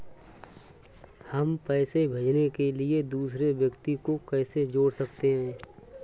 हम पैसे भेजने के लिए दूसरे व्यक्ति को कैसे जोड़ सकते हैं?